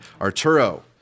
Arturo